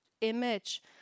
image